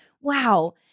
wow